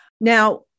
Now